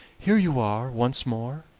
here you are once more,